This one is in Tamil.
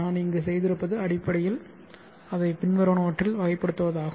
நான் இங்கு செய்திருப்பது அடிப்படையில் அதை பின்வருவனவற்றில் வகைப்படுத்துவதாகும்